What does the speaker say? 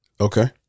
Okay